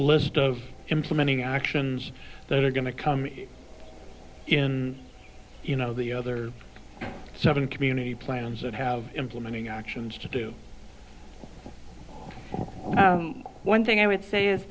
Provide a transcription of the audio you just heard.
list of implementing actions that are going to come in you know the other seven community plans that have implementing actions to do one thing i would say is